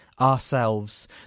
Ourselves